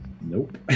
nope